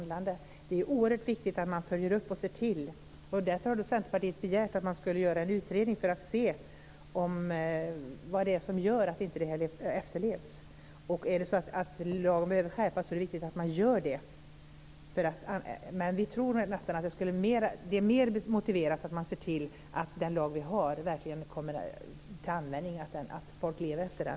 Det är oerhört viktigt att man följer upp och ser till att reglerna följs. Därför har Centerpartiet begärt att det ska tillsättas en utredning som ska se på vad det är som gör att inte lagen efterlevs. Om lagen behöver skärpas är det viktigt att man gör det. Men det är mer motiverat att man ser till att den lag som vi har verkligen kommer till användning, att folk efterlever den.